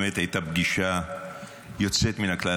באמת הייתה פגישה יוצאת מן הכלל.